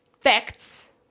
facts